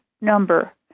number